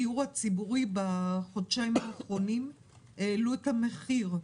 בדיור הציבורי בחודשיים האחרונים העלו את המחיר.